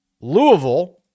Louisville